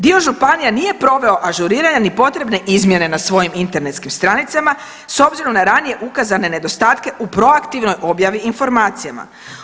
Dio županija nije proveo ažuriranja ni potrebne izmjene na svojim internetskim stranicama s obzirom na ranije ukazane nedostatke u proaktivnoj objavi informacijama.